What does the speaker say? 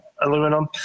aluminum